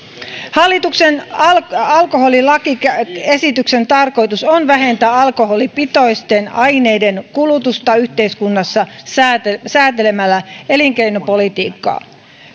hallituksen alkoholilakiesityksen tarkoitus on vähentää alkoholipitoisten aineiden kulutusta yhteiskunnassa säätelemällä säätelemällä elinkeinopolitiikkaa